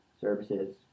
services